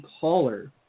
caller